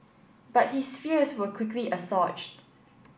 but his fears were quickly assuaged